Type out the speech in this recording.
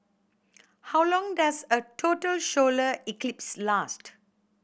how long does a total solar eclipse last